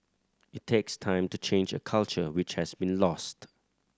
it takes time to change a culture which has been lost